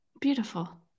Beautiful